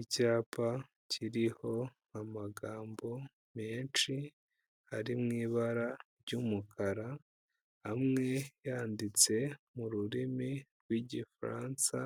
Icyapa kiriho amagambo menshi ari mu bara ry'umukara, amwe yanditse mu rurimi rw'Igifaransa,